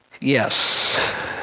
yes